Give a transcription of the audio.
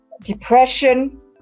depression